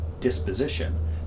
disposition